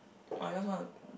I just want to